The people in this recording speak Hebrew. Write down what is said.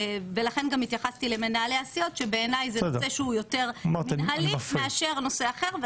ולכן גם התייחסתי למנהלי הסיעות שבעיניי הוא יותר מינהלי מאשר נושא אחר,